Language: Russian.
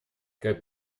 как